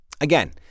Again